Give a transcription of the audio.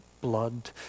blood